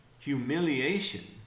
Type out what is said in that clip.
humiliation